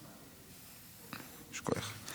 יישר כוח.